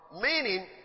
Meaning